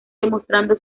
demostrando